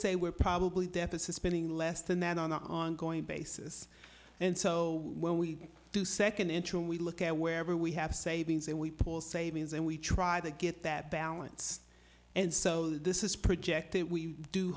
say we're probably deficit spending less than that on an ongoing basis and so when we do second interim we look at where we have savings and we pull savings and we try to get that balance and so this is projected we do